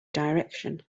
direction